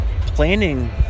planning